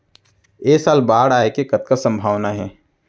ऐ साल बाढ़ आय के कतका संभावना हे?